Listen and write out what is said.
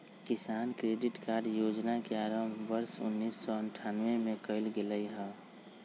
किसान credit card योजना के आरंभ वर्ष उन्नीसौ अठ्ठान्नबे में कइल गैले हल